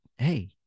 Hey